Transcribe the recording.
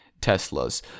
Teslas